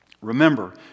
Remember